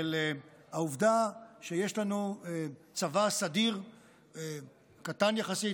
של העובדה שיש לנו צבא סדיר קטן יחסית,